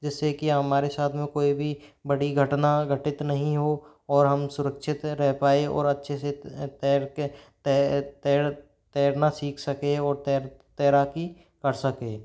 जिससे कि हमारे साथ में कोई भी बड़ी घटना घटित नहीं हो और हम सुरक्षित रह पाएं और अच्छे से तैर के तैरना सीख सकें और तैर तैराकी कर सकें